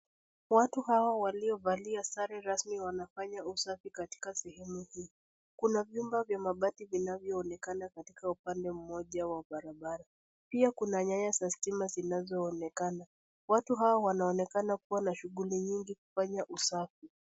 Watu hawa waliovalia sare rasmi wanafanya usafi katika sehemu hii, kuna vyumba vya mabati vinavyo onekana katika upande mmoja wa barabara pia kuna nyaya za stima zinazo onekana, watu hao wanaokena kuwa na shughuli nyingi kufanya usafi.